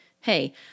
Hey